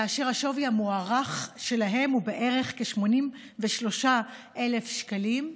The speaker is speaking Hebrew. שהשווי המוערך שלהם הוא כ-83,000 שקלים,